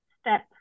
Step